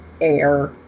air